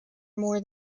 more